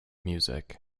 music